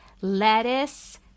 lettuce